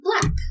black